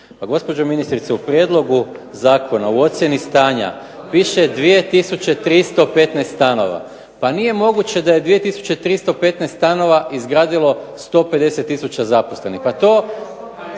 Gospođo ministrice u prijedlogu Zakona u ocjeni stanja piše 2315 stanova, pa nije moguće da je 2315 stanova izgradilo 150 tisuća zaposlenih, pa tako